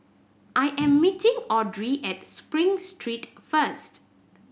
I am meeting Audrey at Spring Street first